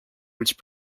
which